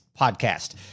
podcast